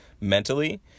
mentally